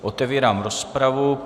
Otevírám rozpravu.